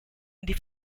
die